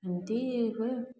ଏମିତି ହୁଏ ଆଉ